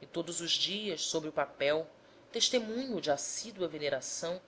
e todos os dias sobre o papel testemunho de assídua veneração